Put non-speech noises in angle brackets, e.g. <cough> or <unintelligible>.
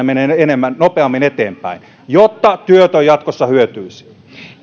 <unintelligible> menevät nopeammin eteenpäin jotta työtön jatkossa hyötyisi